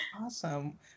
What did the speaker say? awesome